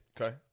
okay